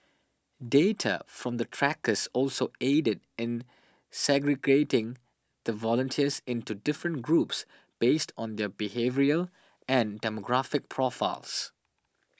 data from the trackers also aided in segregating the volunteers into different groups based on their behavioural and demographic profiles